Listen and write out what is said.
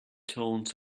tones